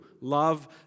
Love